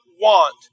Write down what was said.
want